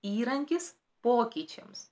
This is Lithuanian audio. įrankis pokyčiams